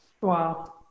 Wow